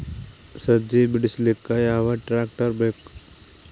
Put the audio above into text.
ಸಜ್ಜಿ ಬಿಡಿಸಿಲಕ ಯಾವ ಟ್ರಾಕ್ಟರ್ ಬೇಕ?